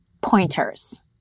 pointers